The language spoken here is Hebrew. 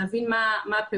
להבין מה הפעולות.